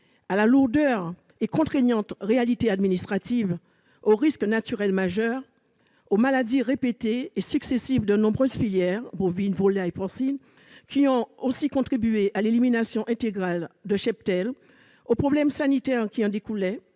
à la lourdeur et au caractère contraignant de la réalité administrative, aux risques naturels majeurs, aux maladies répétées et successives de nombreuses filières- bovine, volaille, porcine ... -qui ont contribué à l'élimination intégrale de cheptels, aux problèmes sanitaires qui en ont